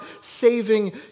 saving